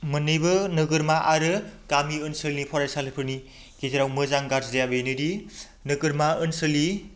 मोननैबो नोगोरमा आरो गामि ओनसोलनि फरायसालिफोरनि गेजेराव मोजां गाज्रिया बेनोदि नोगोरमा ओनसोलनि